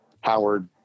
Howard